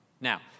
Now